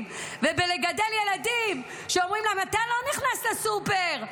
ובלגדל ילדים שאומרים להם: אתה לא נכנס לסופר,